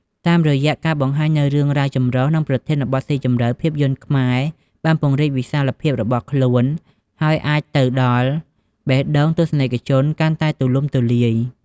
តាមរយៈការបង្ហាញនូវរឿងរ៉ាវចម្រុះ និងប្រធានបទស៊ីជម្រៅ ភាពយន្តខ្មែរបានពង្រីកវិសាលភាពរបស់ខ្លួន ហើយអាចទៅដល់បេះដូងទស្សនិកជនកាន់តែទូលំទូលាយ។